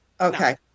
Okay